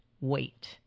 wait